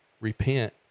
repent